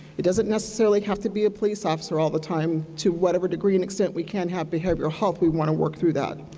it doesn't necessarily have to be a police officer all the time. to whatever degree and extent we can have behavioral health, we want to work through that.